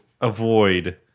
avoid